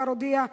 שכבר הודיע,